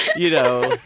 you know,